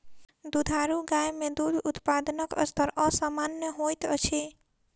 दुधारू गाय मे दूध उत्पादनक स्तर असामन्य होइत अछि